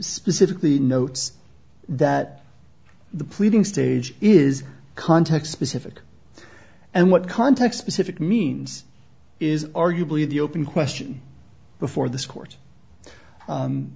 specifically notes that the pleading stage is context specific and what context specific means is arguably the open question before this court